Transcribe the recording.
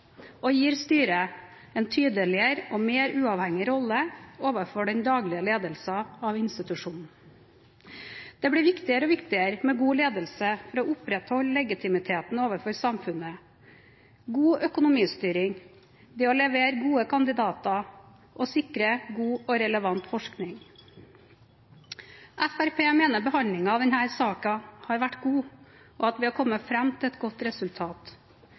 og gir styret en tydeligere og mer uavhengig rolle overfor den daglige ledelsen av institusjonen. Det blir viktigere og viktigere med god ledelse for å opprettholde legitimiteten overfor samfunnet, god økonomistyring, det å levere gode kandidater og å sikre god og relevant forskning. Fremskrittspartiet mener behandlingen av denne saken har vært god, og at vi har kommet fram til et godt resultat,